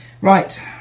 Right